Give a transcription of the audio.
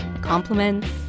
compliments